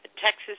Texas